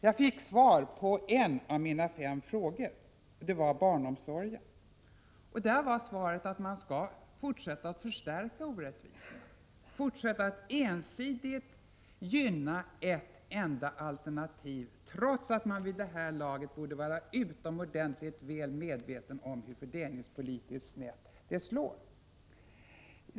Jag fick svar på en av mina fem frågor, och den gällde barnomsorgen. Svaret var att regeringen skall fortsätta att förstärka orättvisorna, fortsätta att ensidigt gynna ett enda alternativ, trots att man vid det här laget borde vara utomordentligt väl medveten om hur fördelningspolitiskt snett det slår.